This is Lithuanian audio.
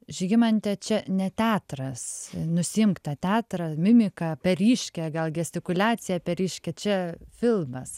žygimante čia ne teatras nusiimk tą teatrą mimiką per ryškią gal gestikuliaciją per ryškią čia filmas